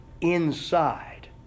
inside